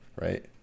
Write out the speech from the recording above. right